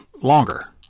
longer